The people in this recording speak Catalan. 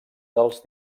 dels